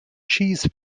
cheese